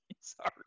sorry